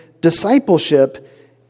discipleship